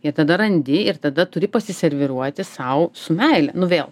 ir tada randi ir tada turi pasiserviruoti sau su meile nu vėl